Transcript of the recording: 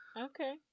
Okay